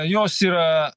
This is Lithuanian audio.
jos yra